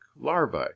larvae